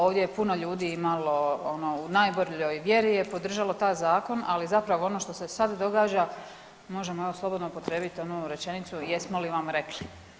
Ovdje je puno ljudi imalo ono, u najboljoj vjeri je podržalo taj zakon, ali zapravo ono što se sad događa možemo evo slobodno upotrijebit onu rečenicu „jesmo li vam rekli“